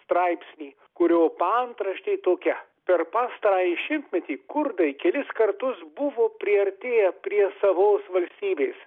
straipsnį kurio paantraštė tokia per pastarąjį šimtmetį kurdai kelis kartus buvo priartėję prie savos valstybės